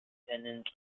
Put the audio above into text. lieutenant